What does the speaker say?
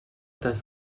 das